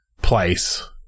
place